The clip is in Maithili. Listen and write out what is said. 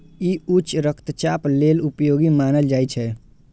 ई उच्च रक्तचाप लेल उपयोगी मानल जाइ छै